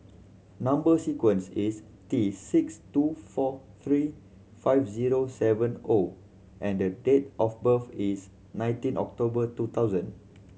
number sequence is T six two four three five zero seven O and date of birth is nineteen October two thousand